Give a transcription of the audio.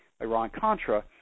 Iran-Contra